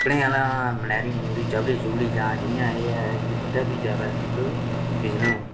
कपड़े आह्लें दा मनेयारी मनेयुरी चपली चुपली जां जि'यां एह् ऐ ते इं'दा बी ज्यादा मतलब बिजनेस बधेआ ऐ